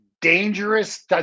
dangerous